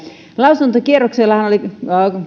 lausuntokierroksellahan oli